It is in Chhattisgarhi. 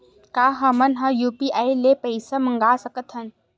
का हमन ह यू.पी.आई ले पईसा मंगा सकत हन?